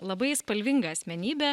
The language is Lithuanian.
labai spalvinga asmenybė